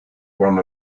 one